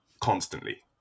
constantly